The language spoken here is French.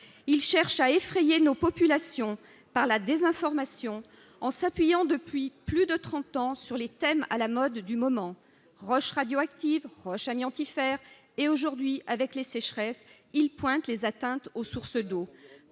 ils cherchent à effrayer nos populations par la désinformation en s'appuyant depuis plus de 30 ans sur les thèmes à la mode du moment roche radioactive amiante y faire et aujourd'hui avec les sécheresses, il pointe les atteintes aux sources d'eau